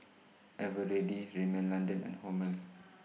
Eveready Rimmel London and Hormel